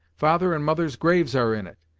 father and mother's graves are in it,